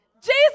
Jesus